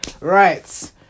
Right